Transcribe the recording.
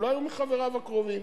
אולי הוא מחבריו הקרובים.